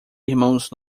irmãos